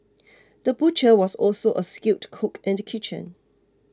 the butcher was also a skilled cook in the kitchen